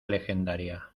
legendaria